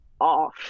off